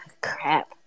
Crap